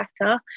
better